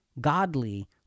godly